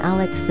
Alex